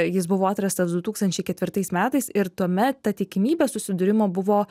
jis buvo atrastas du tūkstančiai ketvirtais metais ir tuomet ta tikimybė susidūrimo buvo